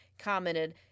commented